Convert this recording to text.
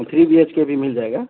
three B H K بھی مل جائے گا